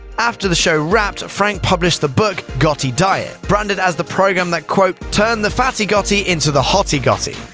after the show wrapped, frank published the book, gotti diet, branded as the program that quote, turned the fatty gotti into the hottie gotti.